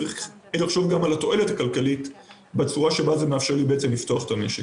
צריך לחשוב גם על התועלת הכלכלית בצורה שבה זה מאפשר לי לפתוח את המשק.